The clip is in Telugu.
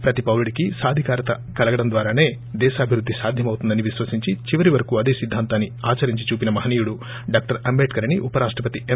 ప్రతీ పౌరుడికొసాధికారత కలగడం ద్వారానే దేశాభివృద్ధి సాధ్యమవుతుందని వీశ్వసించి చివరివరకు అదే సిద్ధాంతాన్ని ఆచరించి చూపిన మహనీయుడు డాక్టర్ అంబేద్కర్ అన్ ఉపరాష్టపతి ఎం